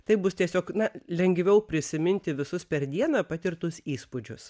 taip bus tiesiog na lengviau prisiminti visus per dieną patirtus įspūdžius